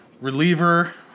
reliever